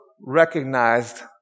recognized